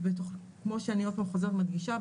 כמו שאני עוד פעם חוזרת ומדגישה,